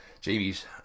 Jamie's